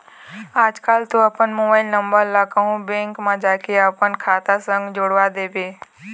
आजकल तो अपन मोबाइल नंबर ला कहूँ बेंक म जाके अपन खाता संग जोड़वा देबे